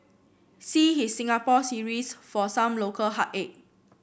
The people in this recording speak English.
see his Singapore series for some local heartache